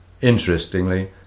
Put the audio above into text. Interestingly